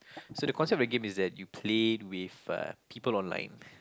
so the concept of the game is that you play with uh people online